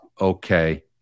okay